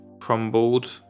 crumbled